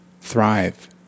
thrive